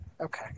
Okay